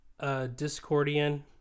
discordian